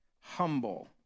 humble